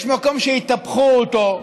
יש מקום שיטפחו אותו,